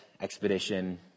expedition